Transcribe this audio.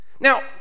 Now